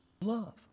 love